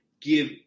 give